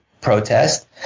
protest